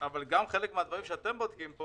אבל אני גם בודק חלק מהדברים שאתם בודקים.